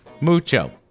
Mucho